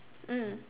mm